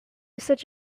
such